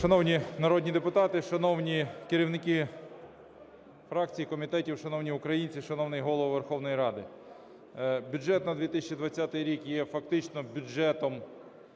Шановні народні депутати, шановні керівники фракцій, комітетів, шановні українці, шановний Голово Верховної Ради! Бюджет на 2020 рік є фактично бюджетом